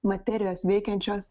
materijos veikiančios